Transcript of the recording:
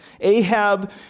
Ahab